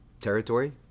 territory